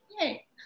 yay